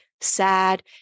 sad